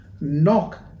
knock